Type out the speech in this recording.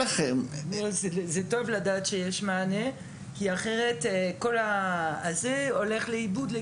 טוב לדעת שיש מענה, אחרת הכול הולך לאיבוד.